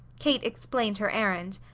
kate explained her errand.